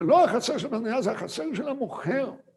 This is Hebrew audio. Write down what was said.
‫לא החסר של מניעה, ‫זה החסר של המוכר.